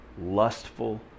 lustful